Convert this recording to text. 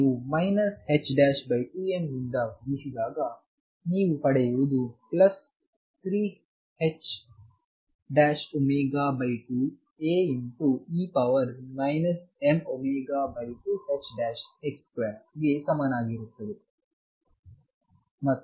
ನೀವು 22mm ರಿಂದ ಗುಣಿಸಿದಾಗ ನೀವು ಪಡೆಯುವುದು ಪ್ಲಸ್ 3ℏω2Axe mω2ℏx2ಗೆ ಸಮಾನವಾಗಿರುತ್ತದೆ